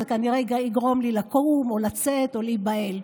זה כנראה יגרום לי לקום או לצאת או להיבהל.